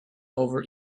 over